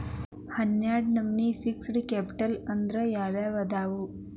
ಹನ್ನೆರ್ಡ್ ನಮ್ನಿ fixed capital ಅಂದ್ರ ಯಾವವ್ಯಾವು?